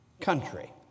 country